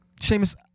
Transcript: Seamus